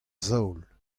zaol